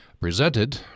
presented